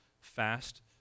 fast